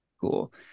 Cool